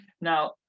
now